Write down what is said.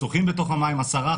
שוחים בתוך המים 10,